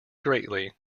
greatly